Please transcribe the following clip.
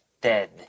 dead